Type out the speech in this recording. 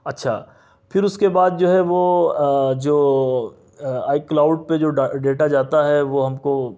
اچھا پھر اس کے بعد جو ہے وہ جو آئی کلاؤڈ پہ جو ڈیٹا جاتا ہے وہ ہم کو